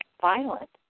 violent